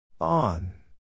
on